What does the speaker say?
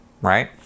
right